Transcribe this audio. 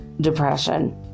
depression